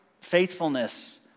faithfulness